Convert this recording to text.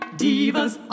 divas